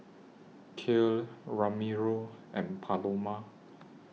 Kale Ramiro and Paloma